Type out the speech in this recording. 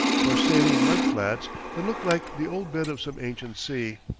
or saline mud-flats that looked like the old bed of some ancient sea.